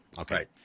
Okay